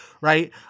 right